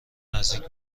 نزدیک